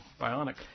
Bionic